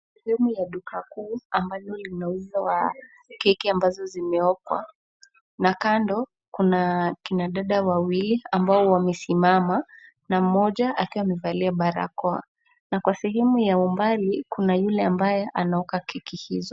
Sehemu ya duka kuu ambayo inauzwa keki ambazo zimeokwa. Kando kuna kina dada wawili ambao wamesimama, na mmoja akiwa amevalia barakoa. Na kwa sehemu ya umbali, kuna yule ambaye anaoka keki hizo.